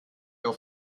auf